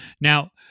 Now